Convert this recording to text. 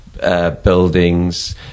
buildings